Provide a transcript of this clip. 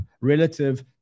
relative